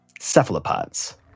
cephalopods